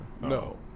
No